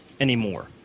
anymore